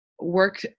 work